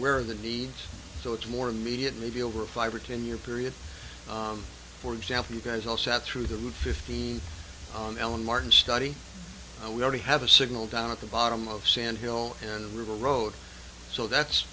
where the needs so it's more immediate maybe over a five or ten year period for example you guys all sat through the roof fifteen on ellen martin study we only have a signal down at the bottom of sand hill and river road so that's